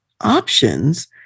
options